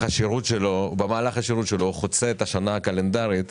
השירות שלו הוא חוצה את השנה הקלנדרית,